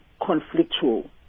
conflictual